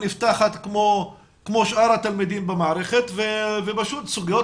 נפתחת כמו לשאר התלמידים במערכת וסוגיות